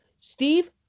Steve